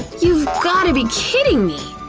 you've got to be kidding me!